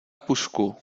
pušku